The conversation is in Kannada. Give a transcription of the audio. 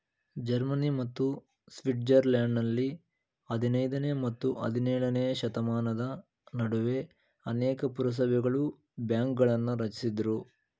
ಜರ್ಮನಿ ಮತ್ತು ಸ್ವಿಟ್ಜರ್ಲೆಂಡ್ನಲ್ಲಿ ಹದಿನೈದನೇ ಮತ್ತು ಹದಿನೇಳನೇಶತಮಾನದ ನಡುವೆ ಅನೇಕ ಪುರಸಭೆಗಳು ಬ್ಯಾಂಕ್ಗಳನ್ನ ರಚಿಸಿದ್ರು